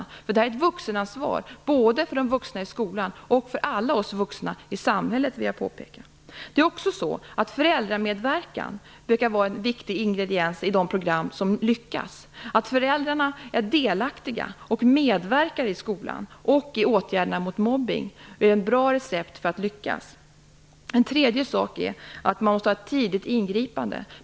Detta är ett vuxenansvar, både för de vuxna i skolan och för alla oss vuxna i samhället, vill jag påpeka. Föräldramedverkan brukar vara en viktig ingrediens i de program som lyckas. Föräldrarna måste vara delaktiga och medverka i skolan och i åtgärderna mot mobbning. Det är ett bra recept för att lyckas. Ytterligare en sak är att man måste ha ett tidigt ingripande.